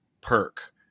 perk